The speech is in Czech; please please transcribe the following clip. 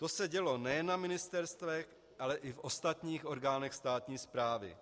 To se dělo nejen na ministerstvech, ale i v ostatních orgánech státní správy.